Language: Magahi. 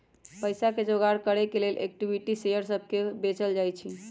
पईसा के जोगार करे के लेल इक्विटी शेयर सभके को बेचल जाइ छइ